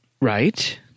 right